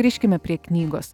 grįžkime prie knygos